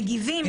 מגיבים,